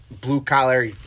blue-collar